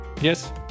Yes